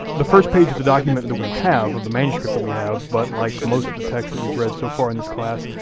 the first page of the document that we have, of the manuscript that we have but like most of the texts that we've read so far in this class,